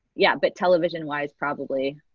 yeah, but television wise probably